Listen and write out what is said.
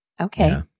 Okay